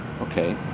Okay